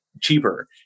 Cheaper